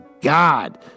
God